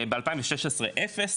ב-2016 אפס,